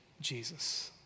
Jesus